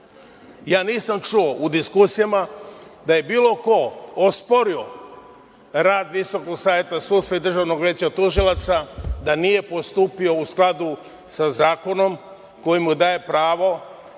nisam čuo u diskusijama da je bilo ko osporio rad Visokog saveta sudstva i Državnog veća tužilaca da nije postupio u skladu sa zakonom koji mu daje pravo,